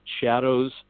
shadows